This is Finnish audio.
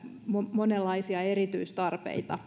monenlaisia erityistarpeita